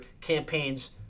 campaigns